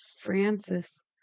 Francis